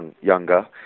younger